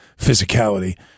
physicality